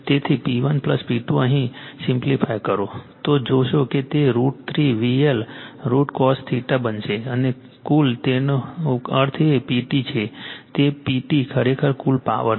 તેથી P1 P2 અને simplify કરો તો જોશો કે તે √ 3 VL IL cos બનશે અને કુલ તેનો અર્થ એ PT છે એ PT ખરેખર કુલ પાવર છે